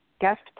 guest